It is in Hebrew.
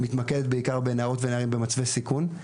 אני מתמקד בעיקר בנערות ונערים במצבי סיכון.